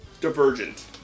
divergent